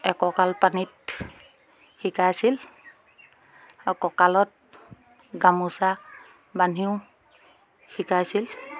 এককাল পানীত শিকাইছিল আৰু কঁকালত গামোচা বান্ধিও শিকাইছিল